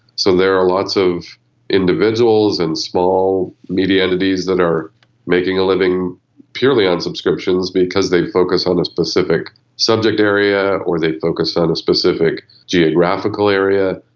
so there are lots of individuals and small media entities that are making a living purely on subscriptions because they focus on a specific subject area or they focus on a specific geographical area.